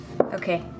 Okay